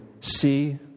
See